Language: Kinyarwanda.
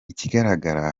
ikigaragara